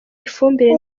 ifumbire